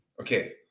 Okay